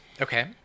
Okay